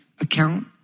account